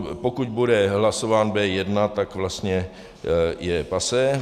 Pokud bude hlasován B1, tak vlastně je passé.